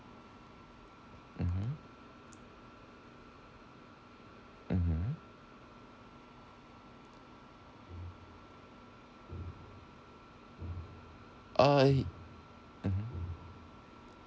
mmhmm uh mmhmm